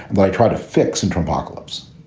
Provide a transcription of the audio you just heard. but i tried to fix and from pocalypse.